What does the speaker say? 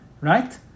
Right